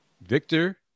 Victor